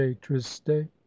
triste